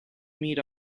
meet